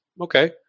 okay